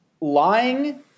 lying